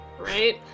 Right